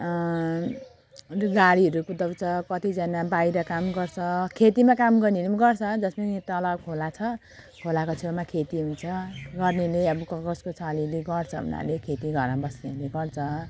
त्यो गाडीहरू कुदाउँछ कतिजना बाहिर काम गर्छ खेतीमा काम गर्नेहरू पनि गर्छ जस्तो नि यहाँ तल खोला छ खोलाको छेउमा खेती हुन्छ गर्नेले अब कस कसको छ अलिअलि गर्छ उनीहरूले खेती घरमा बस्नेले गर्छ